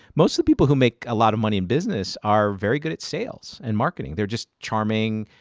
most of the people who make a lot of money in business are very good at sales and marketing. they're just charming.